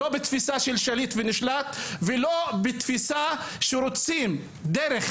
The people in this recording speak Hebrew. לא בתפיסה של שליט ונשלט ולא בתפיסה שרוצים דרך